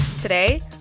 Today